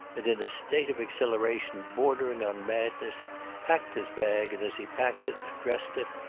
and in a state of exhilaration bordering on madness packed his bag, and as he packed it addressed it,